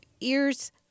ears